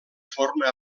forma